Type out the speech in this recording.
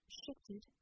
shifted